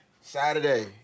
Saturday